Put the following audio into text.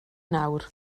nawr